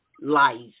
life